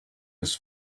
his